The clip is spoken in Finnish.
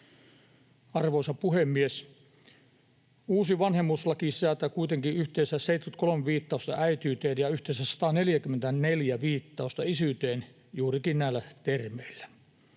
Arvoisa puhemies! Uusi vanhemmuuslaki sisältää kuitenkin yhteensä 73 viittausta äitiyteen ja yhteensä 144 viittausta isyyteen juurikin näillä termeillä.